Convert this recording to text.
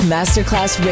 Masterclass